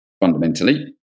fundamentally